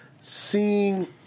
seeing